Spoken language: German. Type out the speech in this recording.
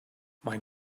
mein